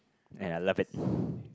and I love it